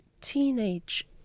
teenage